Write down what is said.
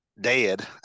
dead